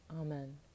Amen